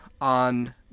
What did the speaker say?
on